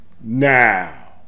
Now